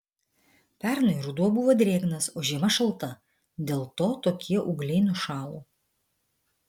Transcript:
pernai ruduo buvo drėgnas o žiema šalta dėl to tokie ūgliai nušalo